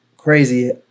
crazy